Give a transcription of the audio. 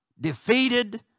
defeated